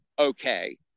okay